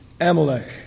Amalek